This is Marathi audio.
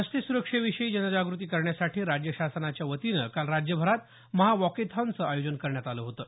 रस्ते सुरक्षेविषयी जनजागृती करण्यासाठी राज्य शासनाच्या वतीनं काल राज्यभरात महावॉकेथॉनचं आयोजन करण्यात आलं होतं